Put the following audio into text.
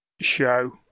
show